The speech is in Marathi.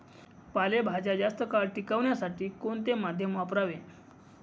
पालेभाज्या जास्त काळ टिकवण्यासाठी कोणते माध्यम वापरावे?